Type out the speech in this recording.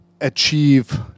achieve